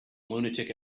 lunatic